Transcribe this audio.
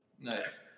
nice